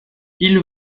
ils